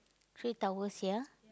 three towels sia